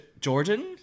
Jordan